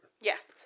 Yes